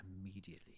immediately